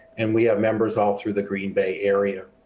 and we have members all through the green bay area.